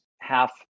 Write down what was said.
half